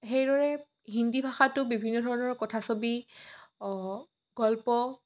সেইদৰে হিন্দী ভাষাটো বিভিন্ন ধৰণৰ কথা ছবি গল্প